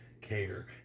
care